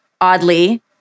oddly